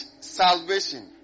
salvation